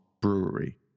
Brewery